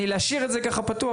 להשאיר את זה ככה פתוח,